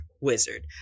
wizard